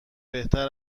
بهتر